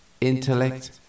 intellect